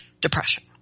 depression